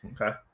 okay